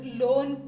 loan